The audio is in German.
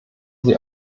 sie